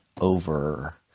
over